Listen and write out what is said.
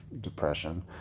depression